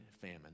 famine